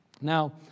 Now